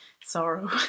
Sorrow